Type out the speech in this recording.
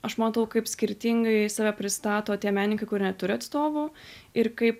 aš matau kaip skirtingai save pristato tie menininkai kurie neturi atstovų ir kaip